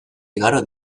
igaro